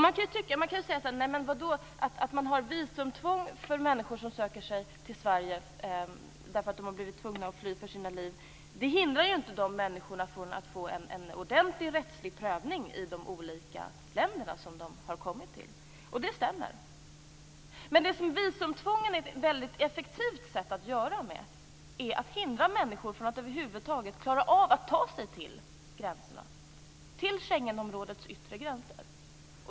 Man kan ju säga: Att ha visumtvång för människor som söker sig till Sverige därför att de har varit tvungna att fly för sina liv hindrar dem ju inte från att få en ordentlig rättslig prövning i de olika länder som de har kommit till. Och det stämmer. Men det som visumtvånget är ett väldigt effektivt sätt att åstadkomma är att hindra människor från att över huvud taget klara av att ta sig till Schengenområdets yttre gränser.